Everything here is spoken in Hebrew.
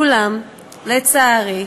אולם, לצערי,